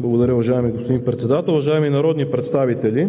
Благодаря, уважаеми господин Председател. Уважаеми народни представители,